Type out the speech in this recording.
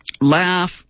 laugh